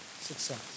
success